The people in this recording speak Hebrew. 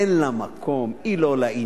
אין לה מקום, היא לא לעניין.